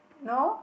no